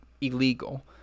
illegal